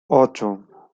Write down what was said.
ocho